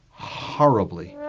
horribly